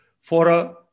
fora